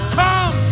come